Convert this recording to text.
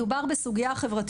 מדובר בסוגייה חברתית.